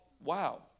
wow